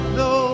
no